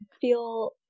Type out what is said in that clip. feel